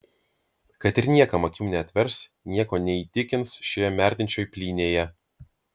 kad ir niekam akių neatvers nieko neįtikins šioje merdinčioj plynėje